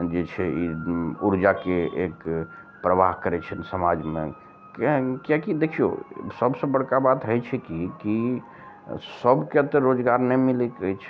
जे छै ई ऊर्जाके एक प्रवाह करै छैनि समाजमे किएकि देखियौ सबसे बड़का बात होइ छै की की सबके तऽ रोजगार नहि मिलैत अछि